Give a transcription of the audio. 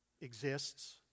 exists